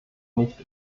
nicht